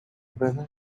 brother